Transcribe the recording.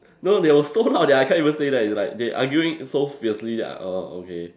no they were so loud that I can't even say that it's like they arguing so fiercely that err okay